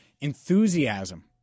enthusiasm